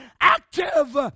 active